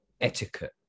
etiquette